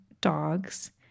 dogs